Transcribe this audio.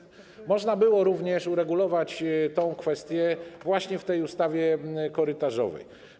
Można było również uregulować tę kwestię właśnie w ustawie korytarzowej.